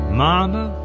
mama